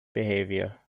behavior